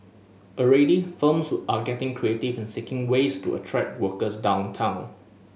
already firms are getting creative in seeking ways to attract workers downtown